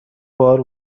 بار